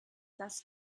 das